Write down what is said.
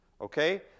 Okay